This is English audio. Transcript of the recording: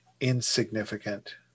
insignificant